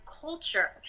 culture